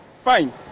fine